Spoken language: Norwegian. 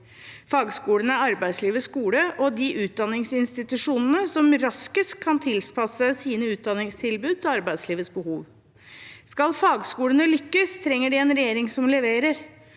til yrkesfag og fagskoler utdanningsinstitusjonene som raskest kan tilpasse sine utdanningstilbud til arbeidslivets behov. Skal fagskolene lykkes, trenger de en regjering som leverer,